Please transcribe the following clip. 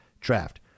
draft